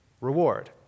reward